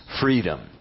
freedom